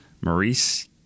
Maurice